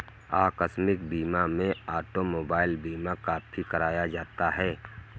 आकस्मिक बीमा में ऑटोमोबाइल बीमा काफी कराया जाता है